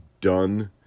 done